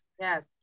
Yes